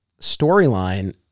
storyline